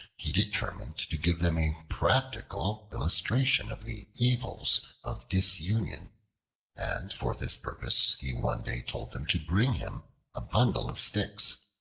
he determined to give them a practical illustration of the evils of disunion and for this purpose he one day told them to bring him a bundle of sticks.